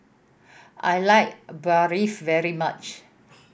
I like Barfi very much